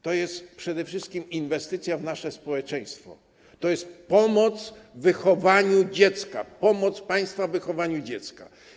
To jest przede wszystkim inwestycja w nasze społeczeństwo, to jest pomoc w wychowaniu dziecka, pomoc państwa w wychowaniu dziecka.